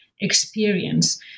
experience